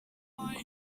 kubyara